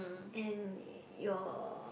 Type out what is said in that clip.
and you're